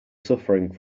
suffering